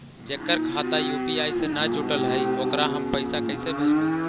जेकर खाता यु.पी.आई से न जुटल हइ ओकरा हम पैसा कैसे भेजबइ?